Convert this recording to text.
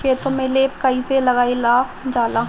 खेतो में लेप कईसे लगाई ल जाला?